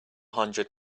hundred